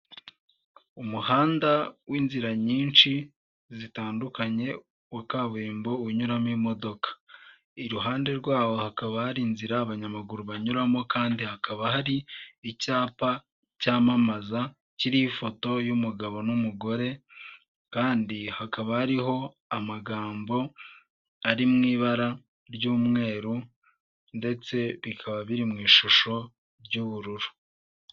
Umuhanda w'inzira nyinshi zitandukanye wa kaburimbo unyuramo imodoka, iruhande rwabo hakaba hari inzira abanyamaguru banyuramo kandi hakaba hari icyapa cyamamaza kiri ifoto y'umugabo n'umugore, kandi hakaba hariho amagambo ari mu ibara ry'umweru ndetse bikaba biri mu ishusho ry'ubururu.